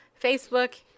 Facebook